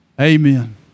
Amen